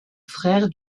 frère